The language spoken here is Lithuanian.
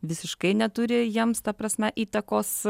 visiškai neturi jiems ta prasme įtakos